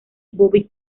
bobby